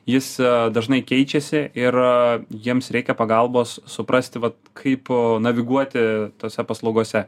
jis dažnai keičiasi ir jiems reikia pagalbos suprasti vat kaip naviguoti tose paslaugose